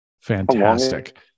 fantastic